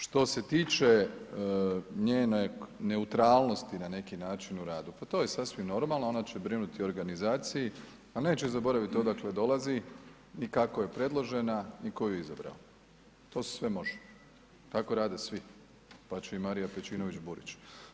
Što se tiče njene neutralnosti na neki način u radu, pa to jer sasvim normalno, ona će brinuti o organizaciji, a neće zaboraviti odakle dolazi, ni kako je predložena, ni tko ju je izabrao, to se sve može, tako rade svi pa će i Marija Pejčinović Burić.